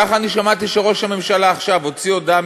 כך אני שמעתי שראש הממשלה עכשיו הוציא הודעה